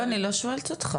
לא, אני לא שואלת אותך.